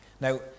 now